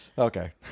Okay